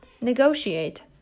Negotiate